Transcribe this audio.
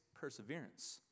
perseverance